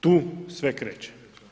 Tu sve kreće.